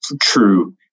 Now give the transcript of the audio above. true